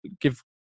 give